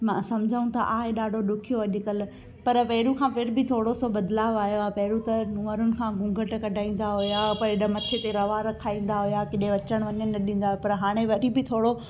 मां समुझूं त आहे ॾाढो ॾुखियो अॼुकल्ह पर पहिरूं खां फिर बि थोरो सो बदिलाव आहियो आ पहिरूं त नूअरुनि खां घुंघट कढाईंदा हुआ पर हेॾा मथे ते रवा रखाईंदा हुआ केॾे अचण वञण न ॾींदा पर हाणे वरी बि थोरो